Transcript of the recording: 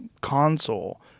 console